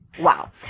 Wow